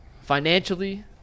financially